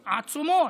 עצומות,